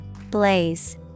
Blaze